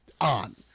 on